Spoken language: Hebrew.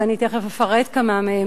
ותיכף אני אפרט כמה מהן,